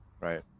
right